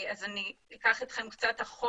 אני אקח אתכם קצת אחורה,